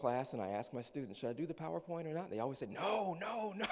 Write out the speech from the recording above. class and i ask my students to do the powerpoint or not they always said no no no